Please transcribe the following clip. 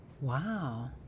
Wow